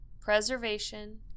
preservation